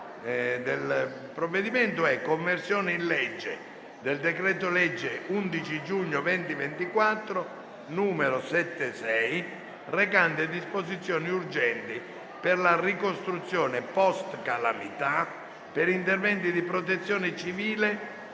della difesa* «Conversione in legge del decreto-legge 11 giugno 2024, n. 76, recante disposizioni urgenti per la ricostruzione post-calamità, per interventi di protezione civile